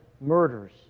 murders